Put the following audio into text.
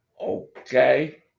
Okay